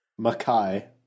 Makai